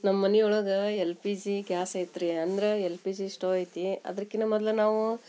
ನಮ್ಮ ಮನೆ ಒಳಗೆ ಎಲ್ ಪಿ ಜಿ ಗ್ಯಾಸ್ ಐತೆ ರೀ ಅಂದ್ರೆ ಎಲ್ ಪಿ ಜಿ ಸ್ಟೌವ್ ಐತಿ ಅದಕ್ಕಿನ್ನ ಮೊದ್ಲು ನಾವು